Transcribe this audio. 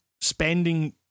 spending